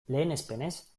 lehenespenez